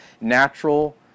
natural